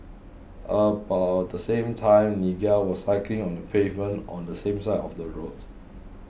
about the same time Nigel was cycling on the pavement on the same side of the road